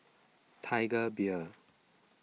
Tiger Beer